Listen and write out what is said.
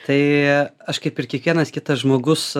tai aš kaip ir kiekvienas kitas žmogus